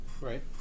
Right